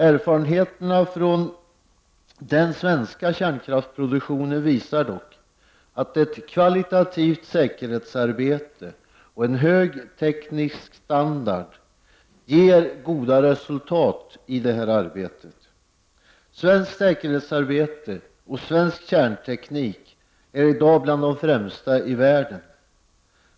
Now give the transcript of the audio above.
Erfarenheterna från den svenska kärnkraftsproduktionen visar dock att ett kvalitativt säkerhetsarbete och en hög teknisk standard ger goda resultat i det här arbetet. Svenskt säkerhetsarbete och svensk kärnteknik är i dag bland de främsta i världen.